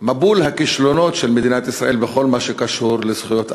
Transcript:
מבול הכישלונות של מדינת ישראל בכל מה שקשור לזכויות אדם.